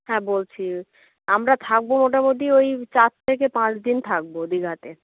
হ্যাঁ বলছি আমরা থাকব মোটামুটি ওই চার থেকে পাঁচ দিন থাকব দীঘাতে